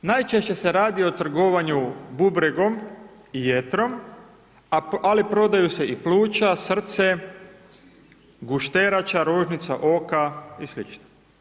Najčešće se radi o trgovanju bubregom i jetrom, ali prodaju se i pluća, srce, gušterača, rožnica oka i slično.